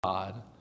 God